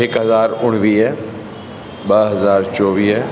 हिकु हज़ार उणिवीह ॿ हज़ार चोवीह